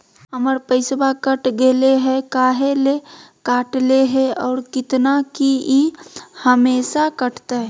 हमर पैसा कट गेलै हैं, काहे ले काटले है और कितना, की ई हमेसा कटतय?